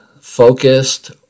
Focused